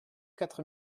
quatre